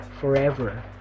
forever